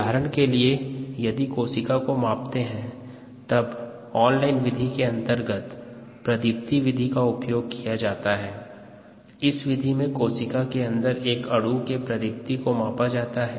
उदाहरण के लिए यदि कोशिका को मापते हैं तब ऑन लाइन विधि के अंतर्गत प्रतिदीप्त विधि का उपयोग किया जा सकता है इस विधि में कोशिका के अंदर एक अणु के प्रतिदीप्त को मापा जाता है